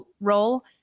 role